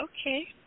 Okay